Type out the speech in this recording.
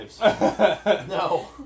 No